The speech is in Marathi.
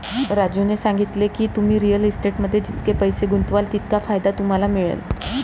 राजूने सांगितले की, तुम्ही रिअल इस्टेटमध्ये जितके पैसे गुंतवाल तितका फायदा तुम्हाला मिळेल